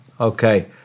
Okay